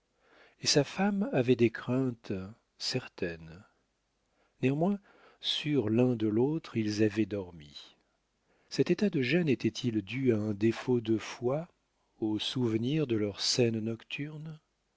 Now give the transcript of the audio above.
et sa femme avait des craintes certaines néanmoins sûrs l'un de l'autre ils avaient dormi cet état de gêne était-il dû à un défaut de foi au souvenir de leur scène nocturne